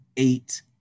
Eight